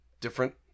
different